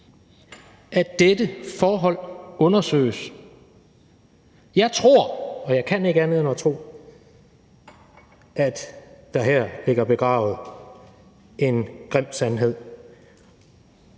at dette forhold undersøges. Jeg tror – og jeg kan ikke andet end at tro – at der her ligger begravet en grim sandhed,